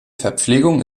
verpflegung